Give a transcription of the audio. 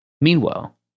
Meanwhile